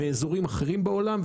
מאזורים אחרים בעולם.